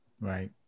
right